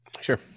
sure